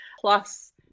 plus